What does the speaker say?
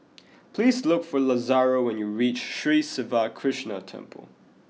please look for Lazaro when you reach Sri Siva Krishna Temple